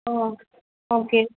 ஓ okay